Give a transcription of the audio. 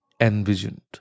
envisioned